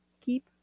keep